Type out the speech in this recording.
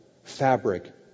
fabric